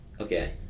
Okay